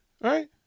Right